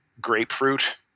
grapefruit